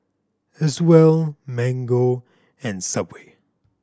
Acwell Mango and Subway